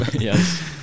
yes